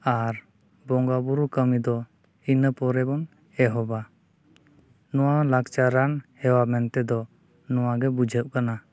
ᱟᱨ ᱵᱚᱸᱜᱟ ᱵᱩᱨᱩ ᱠᱟᱹᱢᱤ ᱫᱚ ᱤᱱᱟᱹᱯᱚᱨᱮ ᱵᱚᱱ ᱮᱦᱚᱵᱟ ᱱᱚᱣᱟ ᱞᱟᱠᱪᱟᱨᱟᱱ ᱦᱮᱣᱟ ᱢᱮᱱᱛᱮ ᱫᱚ ᱱᱚᱣᱟᱜᱮ ᱵᱩᱡᱷᱟᱹᱜ ᱠᱟᱱᱟ